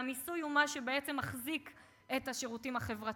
והמיסוי הוא מה שבעצם מחזיק את השירותים החברתיים.